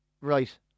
Right